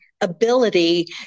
ability